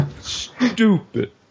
Stupid